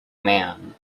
man